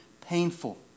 painful